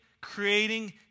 creating